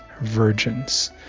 virgins